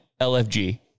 LFG